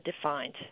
defined